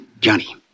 Johnny